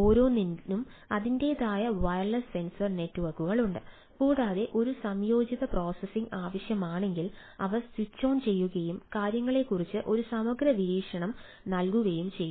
ഓരോന്നിനും അതിന്റേതായ wireless sensor നെറ്റ്വർക്കുകളുണ്ട് കൂടാതെ ഒരു സംയോജിത പ്രോസസ്സിംഗ് ആവശ്യമാണെങ്കിൽ ഇവ സ്വിച്ച് ഓൺ ചെയ്യുകയും കാര്യങ്ങളെക്കുറിച്ച് ഒരു സമഗ്ര വീക്ഷണം നൽകുകയും ചെയ്യുന്നു